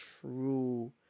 true